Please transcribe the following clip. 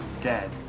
dead